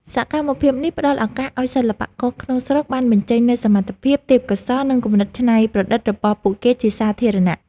សកម្មភាពនេះផ្ដល់ឱកាសឱ្យសិល្បករក្នុងស្រុកបានបញ្ចេញនូវសមត្ថភាព ទេពកោសល្យ និងគំនិតច្នៃប្រឌិតរបស់ពួកគេជាសាធារណៈ។